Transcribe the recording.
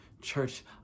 Church